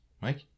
Mike